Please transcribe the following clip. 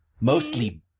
Mostly